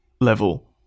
level